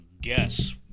guess